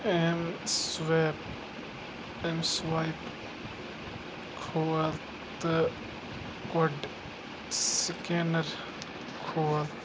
M swipe کھول تہٕ کۄڑ سکینَر کھول